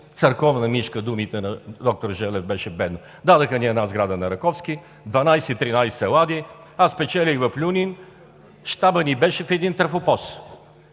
„църковна мишка“ – думите на доктор Желев, беше беден. Дадоха ни една сграда на „Раковски“, 12 – 13 лади. Аз спечелих в „Люлин“ – щабът ни беше в един трафопост.